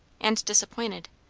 and disappointed,